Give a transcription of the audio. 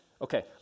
Okay